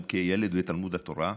גם כילד בתלמוד התורה,